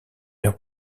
heure